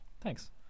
Thanks